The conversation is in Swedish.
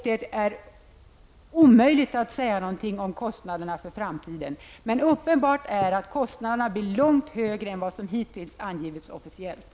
Det är omöjligt att säga någonting om kostnaderna i framtiden. Men det är uppenbart att kostnaderna blir långt större än vad som hittills officiellt angivits.